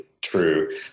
true